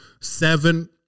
seven